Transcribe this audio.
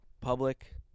public